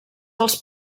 als